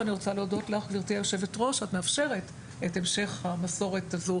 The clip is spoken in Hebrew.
ואני רוצה להודות לך גבירתי היושבת ראש שאת מאפשרת את המשך המסורת הזו,